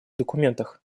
документах